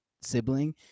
sibling